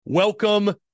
Welcome